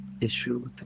issue